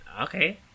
Okay